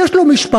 יש לו משפחה,